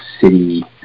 city